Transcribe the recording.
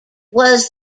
was